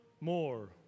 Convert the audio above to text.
more